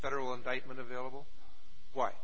federal indictment available wh